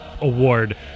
Award